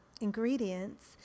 ingredients